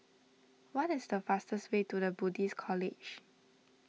what is the fastest way to the Buddhist College